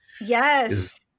yes